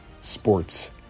sports